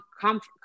comfort